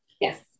Yes